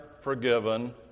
forgiven